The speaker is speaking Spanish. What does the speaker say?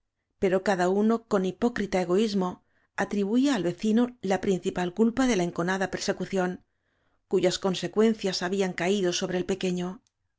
pero cada uno con hipó crita egoísmo atribuía al vecino la principal culpa de la enconada persecución cuyas consecuencias habían caído sobre el pequeño